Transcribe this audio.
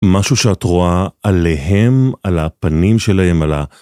משהו שאת רואה עליהם, על הפנים שלהם, על ה...